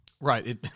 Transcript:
Right